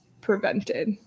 prevented